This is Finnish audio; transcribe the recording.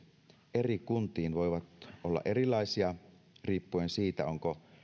eri kuntiin voivat olla erilaisia riippuen siitä onko